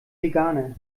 veganer